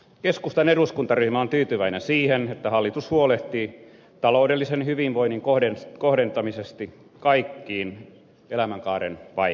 keskustan eduskuntaryhmä on tyytyväinen siihen että hallitus huolehtii taloudellisen hyvinvoinnin kohdentamisesta kaikkiin elämänkaaren vaiheisiin